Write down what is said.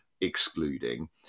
excluding